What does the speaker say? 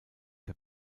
der